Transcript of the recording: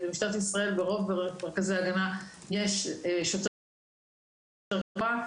ברוב מרכזי ההגנה יש שוטר קבוע.